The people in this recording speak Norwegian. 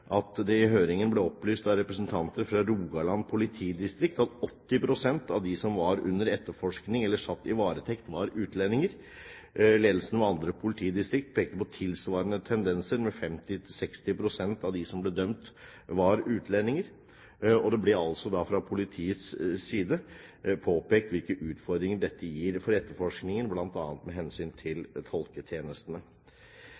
at det i høringen ble opplyst av representanter fra Rogaland politidistrikt at 80 pst. av dem som var under etterforskning eller satt i varetekt, var utlendinger. Ledelsen ved andre politidistrikt pekte på tilsvarende tendenser, at 50–60 pst. av dem som ble dømt, var utlendinger. Det ble fra politiets side påpekt hvilke utfordringer dette gir for etterforskningen, bl.a. med hensyn til